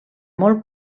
molt